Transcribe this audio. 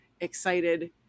excited